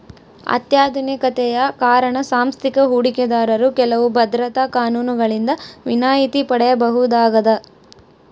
ಅತ್ಯಾಧುನಿಕತೆಯ ಕಾರಣ ಸಾಂಸ್ಥಿಕ ಹೂಡಿಕೆದಾರರು ಕೆಲವು ಭದ್ರತಾ ಕಾನೂನುಗಳಿಂದ ವಿನಾಯಿತಿ ಪಡೆಯಬಹುದಾಗದ